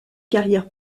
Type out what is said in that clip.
carrière